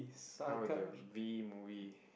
how was the V movie